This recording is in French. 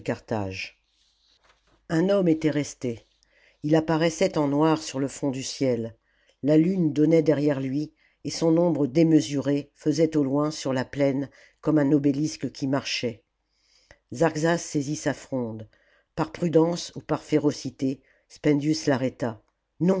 un homme était resté ii apparaissait en noir sur le fond du ciel la lune donnait derrière lui et son ombre démesurée faisait au loin sur la plaine comme un obélisque qui marchait zarxas saisit sa fronde par prudence ou par férocité spendius